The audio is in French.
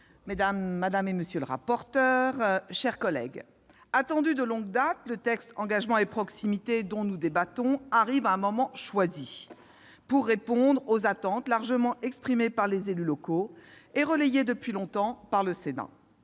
madame la ministre, monsieur le ministre, mes chers collègues, attendu de longue date, le projet de loi Engagement et proximité dont nous débattons aujourd'hui arrive à un moment choisi pour répondre aux attentes largement exprimées par les élus locaux et relayées depuis longtemps par le Sénat.